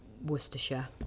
Worcestershire